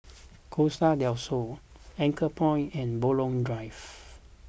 Costa del Sol Anchorpoint and Buroh Drive